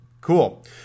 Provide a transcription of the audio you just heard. Cool